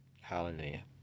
Hallelujah